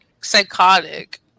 psychotic